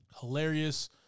Hilarious